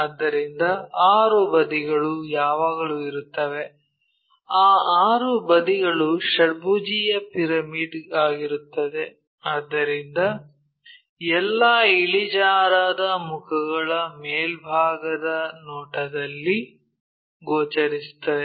ಆದ್ದರಿಂದ 6 ಬದಿಗಳು ಯಾವಾಗಲೂ ಇರುತ್ತವೆ ಆ 6 ಬದಿಗಳು ಷಡ್ಭುಜೀಯ ಪಿರಮಿಡ್ ಆಗಿರುತ್ತವೆ ಆದ್ದರಿಂದ ಎಲ್ಲಾ ಇಳಿಜಾರಾದ ಮುಖಗಳು ಮೇಲ್ಭಾಗದ ನೋಟದಲ್ಲಿ ಗೋಚರಿಸುತ್ತವೆ